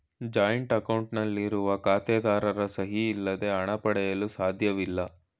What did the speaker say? joint account ನಲ್ಲಿರುವ ಖಾತೆದಾರರ ಸಹಿ ಇಲ್ಲದೆ ಹಣ ಪಡೆಯಲು ಸಾಧ್ಯವಿಲ್ಲ